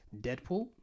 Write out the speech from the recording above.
Deadpool